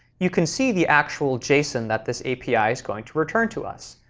you can see the actual json that this api is going to return to us.